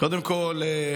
קודם כול,